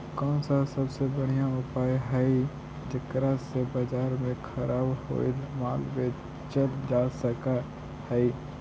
कौन सा सबसे बढ़िया उपाय हई जेकरा से बाजार में खराब होअल माल बेचल जा सक हई?